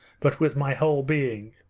but with my whole being.